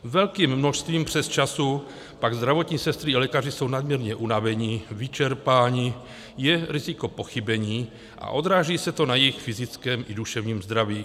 Velkým množstvím přesčasů pak zdravotní sestry i lékaři jsou nadměrně unaveni, vyčerpáni, je riziko pochybení a odráží se to na jejich fyzickém i duševním zdraví.